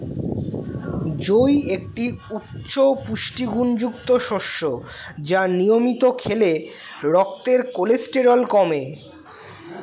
জই একটি উচ্চ পুষ্টিগুণযুক্ত শস্য যা নিয়মিত খেলে রক্তের কোলেস্টেরল কমে